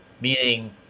meaning